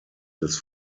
des